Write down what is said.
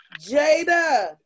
Jada